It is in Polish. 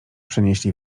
przenieśli